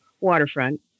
waterfront